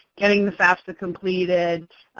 getting the fafsa completed,